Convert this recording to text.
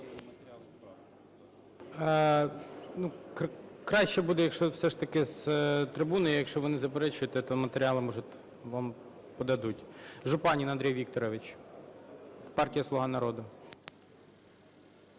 Краще буде, якщо все ж таки з трибуни, якщо ви не заперечуєте, то матеріали можуть вам подадуть. Жупанин Андрій Вікторович, партія "Слуга народу".